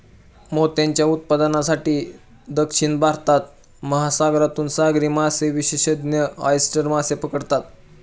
मोत्यांच्या उत्पादनासाठी, दक्षिण भारतात, महासागरातून सागरी मासेविशेषज्ञ ऑयस्टर मासे पकडतात